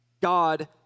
God